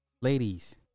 Ladies